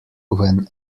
when